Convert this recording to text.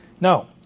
No